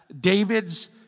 David's